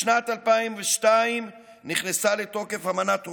בשנת 2002 נכנסה לתוקף אמנת רומא,